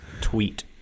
tweet